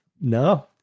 No